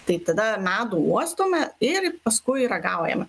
tai tada ir medų uostome ir paskui ragaujame